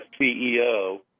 CEO